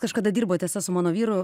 kažkada dirbo tiesa su mano vyru